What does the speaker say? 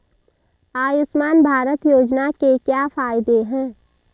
आयुष्मान भारत योजना के क्या फायदे हैं?